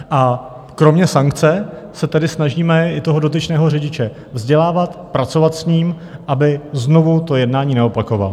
A kromě sankce se tedy snažíme i toho dotyčného řidiče vzdělávat, pracovat s ním, aby znovu to jednání neopakoval.